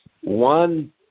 One